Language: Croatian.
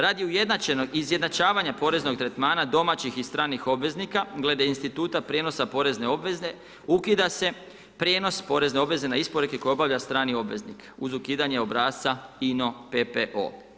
Radi ujednačenog izjednačavanja poreznog tretmana domaćih i stranih obveznika glede instituta prijenosa porezne obveze ukida se prijenos porezne obveze na isporuke koje obavlja strani obveznik uz ukidanje obrasca INO PPO.